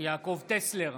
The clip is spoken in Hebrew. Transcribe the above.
יעקב טסלר,